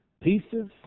pieces